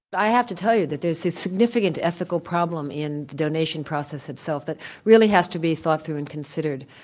i have to tell you that there's a significant ethical problem in the donation process itself that really has to be thought through and considered.